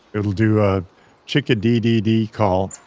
it'll do a chickadee-dee-dee call,